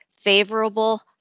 favorable